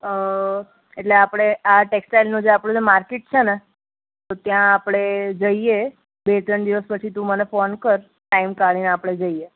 એટલે આપણે આ ટેક્સટાઇલનું જે આપણુું જે માર્કિટ છે ને તો ત્યાં આપણે જઇએ બે ત્રણ દિવસ પછી તું મને ફોન કર ટાઈમ કાઢીને આપણે જઈએ